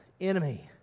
enemy